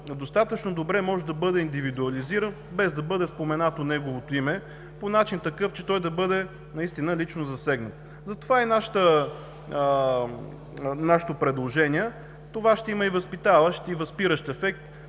достатъчно добре може да бъде индивидуализиран, без да бъде споменато неговото име, по начин такъв, че той да бъде лично засегнат. Затова е и нашето предложение. Това ще има възпитаващ и възпиращ ефект